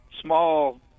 small